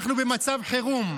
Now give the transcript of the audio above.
אנחנו במצב חירום.